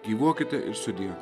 gyvuokite ir sudie